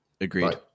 Agreed